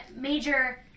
major